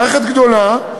מערכת גדולה,